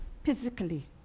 Physically